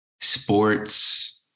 sports